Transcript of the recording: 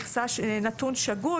נתון שגוי.